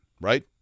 Right